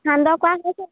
সান্দহ কৰা হৈছে